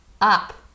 up